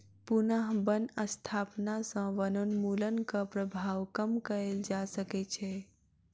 पुनः बन स्थापना सॅ वनोन्मूलनक प्रभाव कम कएल जा सकै छै